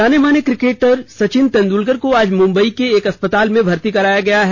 जाने माने क्रिकेटर सचिन तेंदुलकर को आज मुंबई के एक अस्पताल में भर्ती कराया गया है